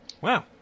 wow